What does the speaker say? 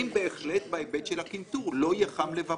בהחלט בהיבט של הקנטור: לא ייחם לבבו.